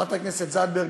חברת הכנסת זנדברג,